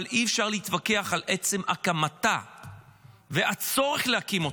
אבל אי-אפשר להתווכח על עצם הקמתה והצורך להקים אותה.